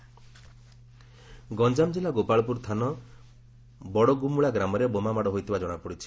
ବୋମାମାଡ଼ ଗଞାମ ଜିଲ୍ଲା ଗୋପାଳପୁର ଥାନା ବଡ଼ଗୁମୁଳା ଗ୍ରାମରେ ବୋମାମାଡ଼ ହୋଇଥିବା ଜଣାପଡ଼ିଛି